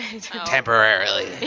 temporarily